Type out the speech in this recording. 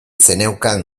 zeneukan